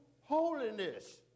holiness